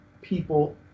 people